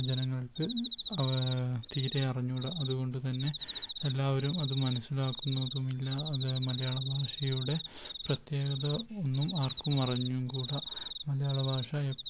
ജനങ്ങൾക്ക് തീരെ അറിഞ്ഞുകൂട അതുകൊണ്ടുതന്നെ എല്ലാവരും അത് മനസ്സിലാക്കുന്നതുമില്ല അത് മലയാള ഭാഷയുടെ പ്രത്യേകത ഒന്നും ആർക്കും അറിഞ്ഞുംകൂട മലയാളഭാഷ